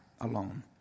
alone